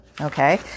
Okay